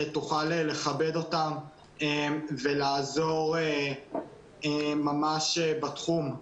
שתוכל לכבד אותם ולעזור ממש בתחום.